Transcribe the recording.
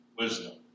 wisdom